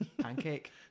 Pancake